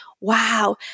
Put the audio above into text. wow